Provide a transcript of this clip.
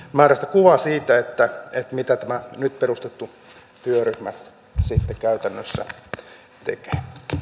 kuvaa siitä mitä tämä nyt perustettu työryhmä sitten käytännössä tekee